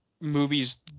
movies